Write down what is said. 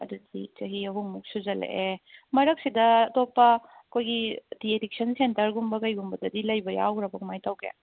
ꯑꯗꯨꯗꯤ ꯆꯍꯤ ꯑꯍꯨꯝꯃꯨꯛ ꯁꯨꯖꯤꯜꯂꯛꯑꯦ ꯃꯔꯛꯁꯤꯗ ꯑꯇꯣꯞꯄ ꯑꯩꯈꯣꯏꯒꯤ ꯗꯤꯑꯦꯗꯤꯛꯁꯟ ꯁꯦꯟꯇꯔꯒꯨꯝꯕ ꯀꯩꯒꯨꯝꯕꯗꯤ ꯂꯩꯕ ꯌꯥꯎꯈ꯭ꯔꯕꯣ ꯀꯃꯥꯏꯅ ꯇꯧꯒꯦ